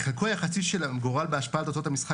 "חלקו היחסי של הגורל בהשפעת תוצאות המשחק